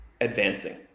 advancing